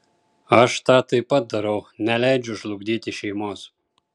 aš tą taip pat darau neleidžiu žlugdyti šeimos